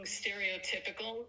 stereotypical